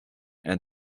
and